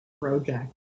Project